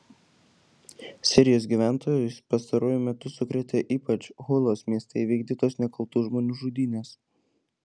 sirijos gyventojus pastaruoju metu sukrėtė ypač hulos mieste įvykdytos nekaltų žmonių žudynės